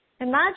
Imagine